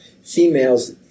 Females